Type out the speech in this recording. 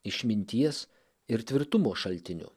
išminties ir tvirtumo šaltiniu